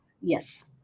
Yes